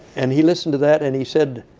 and he listened to that. and he said,